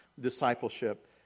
discipleship